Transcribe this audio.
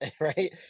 Right